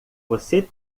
você